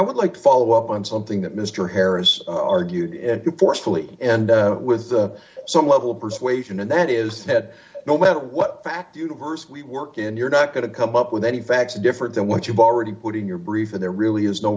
would like to follow up on something that mr harris argued forcefully and with the some level of persuasion and that is that no matter what fact universe we work in you're not going to come up with any facts different than what you've already putting your brethen there really is no